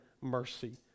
mercy